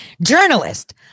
journalist